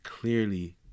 clearly